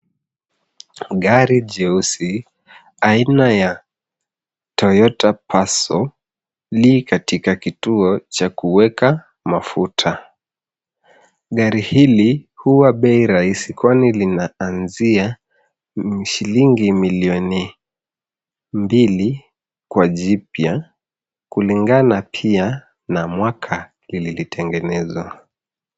Gari jeusi aina ya Toyota Passo li katika kituo cha kuweka mafuta . Gari hili huwa bei rahisi kwani inaanzia shilingi milioni mbili kwa jipya kulingana pia na mwaka lilitengenezwa.